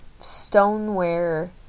stoneware